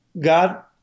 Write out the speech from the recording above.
God